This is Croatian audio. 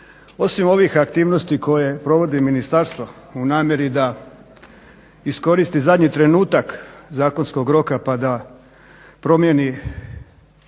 Osim ovih aktivnosti koje provodi ministarstvo u namjeri da iskoristi zadnji trenutak zakonskog roka pa da promijeni